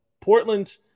portland